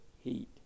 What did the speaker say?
heat